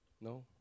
No